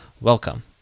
welcome